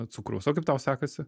cukraus o kaip tau sekasi